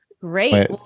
great